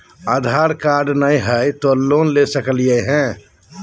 आधार card नही हय, तो लोन ले सकलिये है?